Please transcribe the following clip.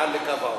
מעל לקו העוני.